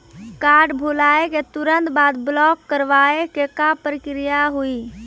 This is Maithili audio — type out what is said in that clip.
कार्ड भुलाए के तुरंत बाद ब्लॉक करवाए के का प्रक्रिया हुई?